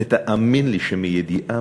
ותאמין לי שמידיעה,